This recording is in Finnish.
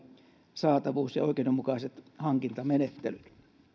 saatavuus ja oikeudenmukaiset hankintamenettelyt